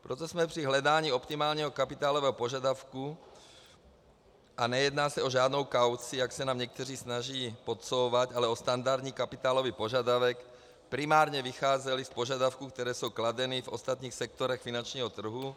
Proto jsme při hledání optimálního kapitálového požadavku, a nejedná se o žádnou kauci, jak se nám někteří snaží podsouvat, ale o standardní kapitálový požadavek, primárně vycházeli z požadavků, které jsou kladeny v ostatních sektorech finančního trhu.